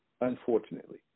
unfortunately